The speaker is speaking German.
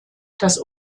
das